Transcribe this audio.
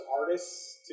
artists